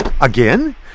again